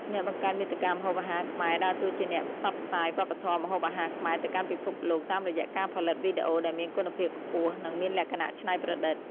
អ្នកបង្កើតមាតិកាម្ហូបអាហារខ្មែរដើរតួជាអ្នកផ្សព្វផ្សាយវប្បធម៌ម្ហូបអាហារខ្មែរទៅកាន់ពិភពលោក តាមរយៈការផលិតវីដេអូដែលមានគុណភាពខ្ពស់ និងមានលក្ខណៈច្នៃប្រឌិត។